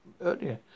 earlier